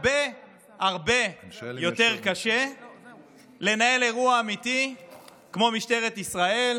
הרבה הרבה יותר קשה לנהל אירוע אמיתי כמו משטרת ישראל.